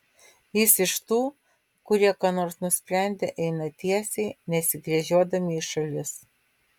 jis iš tų kurie ką nors nusprendę eina tiesiai nesigręžiodami į šalis